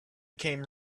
came